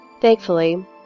Thankfully